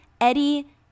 Eddie